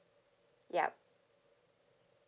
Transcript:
yup